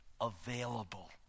available